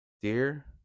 dear